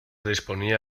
disponía